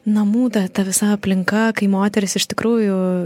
namų ta visa aplinka kai moteris iš tikrųjų